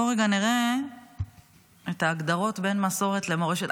בוא רגע נראה את ההגדרות בין מסורת למורשת.